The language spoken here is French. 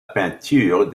peinture